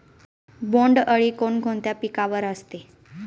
बोंडअळी कोणकोणत्या पिकावर असते?